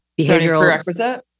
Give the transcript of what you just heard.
behavioral